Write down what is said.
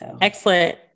Excellent